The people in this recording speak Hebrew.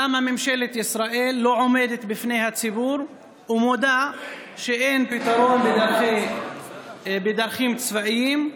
למה ממשלת ישראל לא עומדת בפני הציבור ומודה שאין פתרון בדרכים צבאיות,